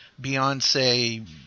Beyonce